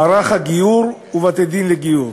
(מערך הגיור ובתי-דין לגיור)